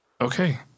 Okay